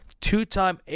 Two-time